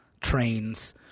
trains